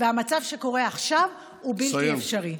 המצב שקורה עכשיו הוא בלתי אפשרי.